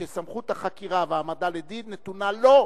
שסמכות החקירה וההעמדה לדין נתונה לו,